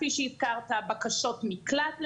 בקשות מקלט למיניהן.